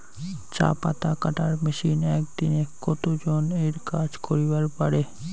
চা পাতা কাটার মেশিন এক দিনে কতজন এর কাজ করিবার পারে?